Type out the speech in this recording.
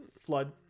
flood